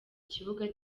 kibuga